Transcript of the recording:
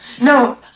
No